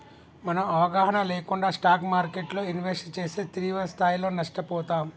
మనం అవగాహన లేకుండా స్టాక్ మార్కెట్టులో ఇన్వెస్ట్ చేస్తే తీవ్రస్థాయిలో నష్టపోతాం